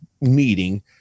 meeting